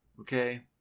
Okay